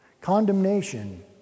Condemnation